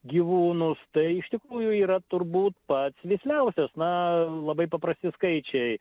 gyvūnus tai iš tikrųjų yra turbūt pats visliausias na labai paprasti skaičiai